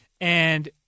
and-